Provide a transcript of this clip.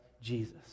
Jesus